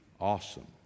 Awesome